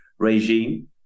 regime